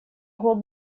гоп